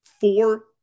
four